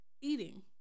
Eating